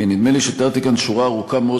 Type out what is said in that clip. נדמה לי שתיארתי כאן שורה ארוכה מאוד